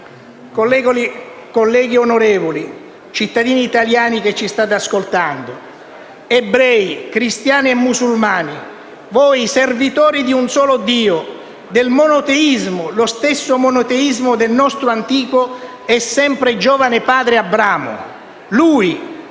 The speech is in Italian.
Colleghi onorevoli, cittadini italiani che ci state ascoltando, ebrei, cristiani e musulmani, voi servitori di un solo Dio, del monoteismo, lo stesso monoteismo del nostro antico e sempre giovane padre Abramo. Lui, Abramo,